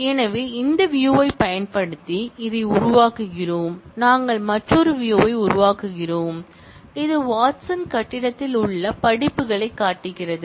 எனவே இந்த வியூயைப் பயன்படுத்தி இதை உருவாக்குகிறோம் நாங்கள் மற்றொரு வியூயை உருவாக்குகிறோம் இது வாட்சன் கட்டிடத்தில் உள்ள படிப்புகளைக் காட்டுகிறது